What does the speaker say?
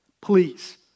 Please